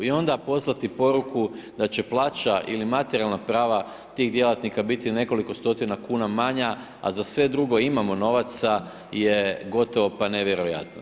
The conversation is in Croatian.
I onda poslati poruku da će plaća ili materijalna prava tih djelatnika biti nekoliko stotina kuna manja, a za sve drugo imamo novaca, je pa gotovo nevjerojatno.